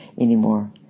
anymore